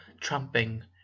tramping